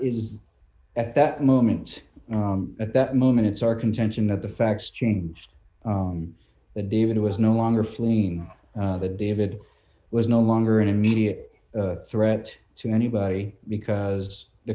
is at that moment at that moment it's our contention that the facts changed the david was no longer fleeing the david was no longer an immediate threat to anybody because the